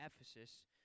Ephesus